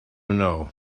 know